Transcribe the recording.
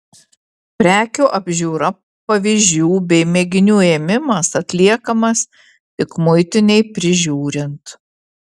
prekių apžiūra pavyzdžių bei mėginių ėmimas atliekamas tik muitinei prižiūrint